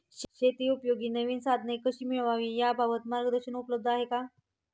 शेतीउपयोगी नवीन साधने कशी मिळवावी याबाबत मार्गदर्शन उपलब्ध आहे का?